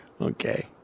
Okay